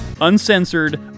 uncensored